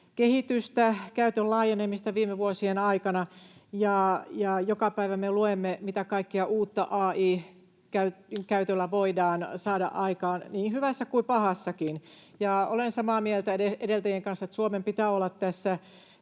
kehitystä, käytön laajenemista, viime vuosien aikana, ja joka päivä me luemme, mitä kaikkea uutta AI-käytöllä voidaan saada aikaan niin hyvässä kuin pahassakin. Olen samaa mieltä edellisten puhujien kanssa siitä, että Suomen pitää olla tässä